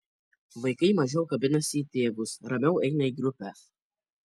vaikai mažiau kabinasi į tėvus ramiau eina į grupę